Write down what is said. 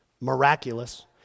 miraculous